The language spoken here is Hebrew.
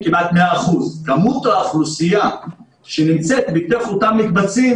זה כמעט 100%. על כמות האוכלוסייה שנמצאת בתוך אותם מקבצים